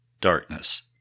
darkness